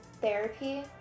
therapy